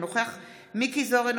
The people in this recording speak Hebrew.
אינו נוכח מכלוף מיקי זוהר,